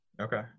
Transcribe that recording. Okay